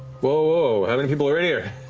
whoa, how many people are in here?